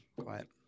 quiet